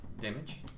Damage